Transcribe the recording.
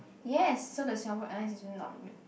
yes so the Singapore Airlines is not